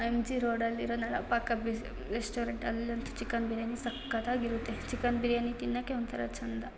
M G ರೋಡಲ್ಲಿರೋ Nalapaka restaurant ಅಲ್ಲಂತೂ chicken biryani ಸಖತ್ತಾಗಿರುತ್ತೆ ಚಿಕನ್ ಬಿರ್ಯಾನಿ ತಿನ್ನಕ್ಕೆ ಒಂಥರ ಚಂದ